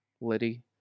Liddy